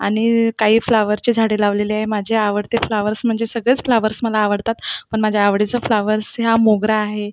आणि काही फ्लॉवर्सचे झाडे लावलेले आहे माझे आवडते फ्लॉवर्स म्हणजे सगळेच फ्लॉवर्स मला आवडतात पण माझ्या आवडीचं फ्लॉवर्स ह्या मोगरा आहे